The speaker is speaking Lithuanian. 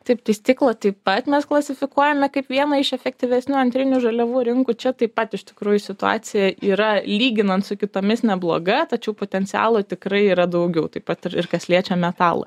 taip tai stiklą taip pat mes klasifikuojame kaip vieną iš efektyvesnių antrinių žaliavų rinkų čia taip pat iš tikrųjų situacija yra lyginant su kitomis nebloga tačiau potencialo tikrai yra daugiau taip pat ir ir kas liečia metalą